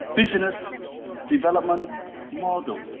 business development model.